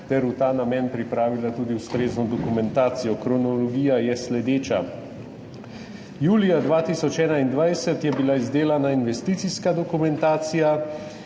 v ta namen sta pripravila tudi ustrezno dokumentacijo. Kronologija je naslednja. Julija 2021 je bila izdelana investicijska dokumentacija,